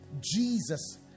Jesus